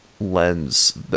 lens